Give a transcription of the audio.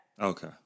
Okay